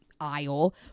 aisle